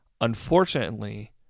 Unfortunately